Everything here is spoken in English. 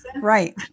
Right